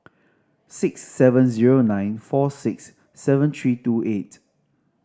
six seven zero nine four six seven three two eight